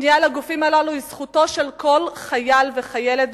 הפנייה לגופים אלו היא זכותם של כל חייל וחיילת,